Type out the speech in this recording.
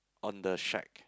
on the shack